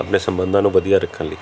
ਆਪਣੇ ਸੰਬੰਧਾਂ ਨੂੰ ਵਧੀਆ ਰੱਖਣ ਲਈ